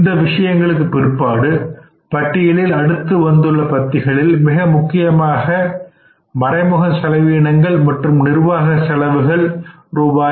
இந்த விஷயங்களுக்கு பிற்பாடு பட்டியலில் அடுத்து வந்துள்ள பத்திகளில் மிக முக்கியமான மறைமுக செலவீனங்கள் மற்றும் நிர்வாக செலவுகள் ரூபாய்